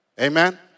Amen